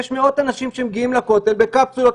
יש מאות אנשים שמגיעים לכותל בקפסולות.